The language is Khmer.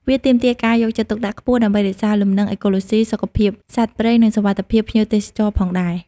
វាទាមទារការយកចិត្តទុកដាក់ខ្ពស់ ដើម្បីរក្សាលំនឹងអេកូឡូស៊ី សុខភាពសត្វព្រៃ និងសុវត្ថិភាពភ្ញៀវទេសចរផងដែរ។